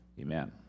Amen